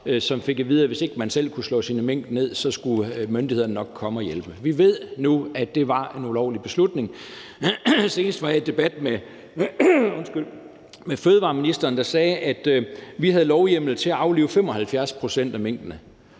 som fik at vide, at hvis man ikke selv kunne slå sine mink ned, så skulle myndighederne nok komme og hjælpe. Vi ved nu, at det var en ulovlig beslutning. Senest var jeg i en debat med fødevareministeren, der sagde: Vi havde lovhjemmel til at aflive 75 pct. af minkene.